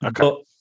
Okay